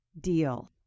deal